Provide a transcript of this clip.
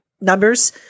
numbers